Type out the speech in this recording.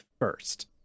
First